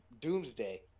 doomsday